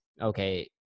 okay